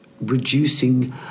reducing